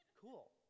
cool